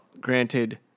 granted